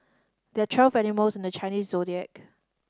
there're twelve animals in the Chinese Zodiac